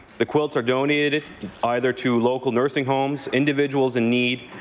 the quilts are donated either to local nursing homes, individuals in need,